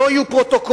לא יהיו פרוטוקולים.